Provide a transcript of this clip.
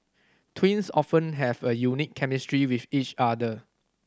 twins often have a unique chemistry with each other